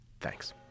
Thanks